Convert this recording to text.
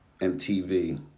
MTV